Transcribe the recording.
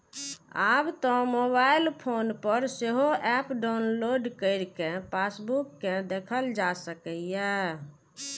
आब तं mobile phone पर सेहो एप डाउलोड कैर कें पासबुक कें देखल जा सकैए